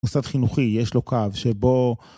נוסד חינוכי, יש לו קו שבו